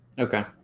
Okay